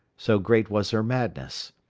so great was her madness.